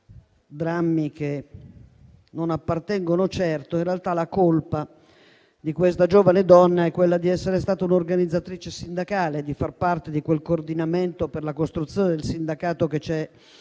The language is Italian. drammi che non appartengono certo, in realtà la colpa di questa giovane donna è quella di essere stata un'organizzatrice sindacale, di far parte di quel coordinamento per la costruzione del sindacato che c'è